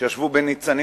כשישבו בניצנים.